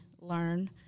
learn